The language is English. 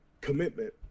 commitment